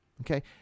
Okay